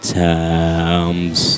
times